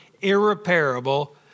irreparable